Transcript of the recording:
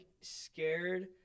scared